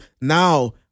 now